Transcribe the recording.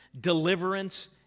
deliverance